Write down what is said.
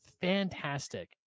fantastic